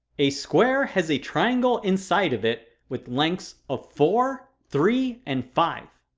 a square has a triangle inside of it with lengths of four, three, and five.